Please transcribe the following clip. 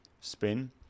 spin